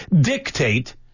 dictate